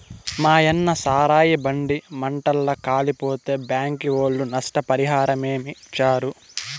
మాయన్న సారాయి బండి మంటల్ల కాలిపోతే బ్యాంకీ ఒళ్ళు నష్టపరిహారమిచ్చారు